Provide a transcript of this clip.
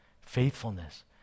faithfulness